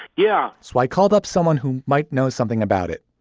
yeah swi called up someone who might know something about it.